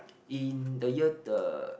in the year the